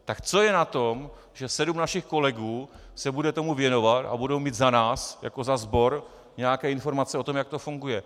Tak co je na tom, že sedm našich kolegů se bude tomu věnovat a budou mít za nás jako za sbor nějaké informace o tom, jak to funguje?